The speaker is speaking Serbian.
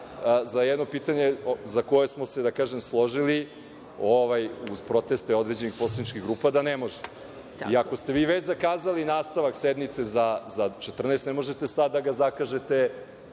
za jedno pitanje za koje smo se složili, uz proteste određenih poslaničkih grupa, da ne može. I ako ste vi već zakazali nastavak sednice za 14.00 sati, ne možete sada da ga zakažete